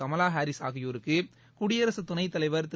Kamala Harris ஆகியோருக்கு குடியரசு துணைத் தலைவர் திரு